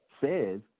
says –